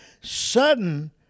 sudden